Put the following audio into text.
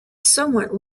somewhat